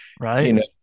Right